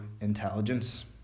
intelligence